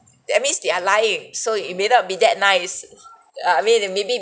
that means they are lying so it may not be that nice uh maybe the maybe